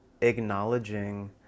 acknowledging